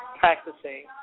practicing